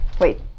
Wait